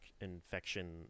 infection